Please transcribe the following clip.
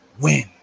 Win